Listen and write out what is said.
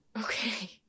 Okay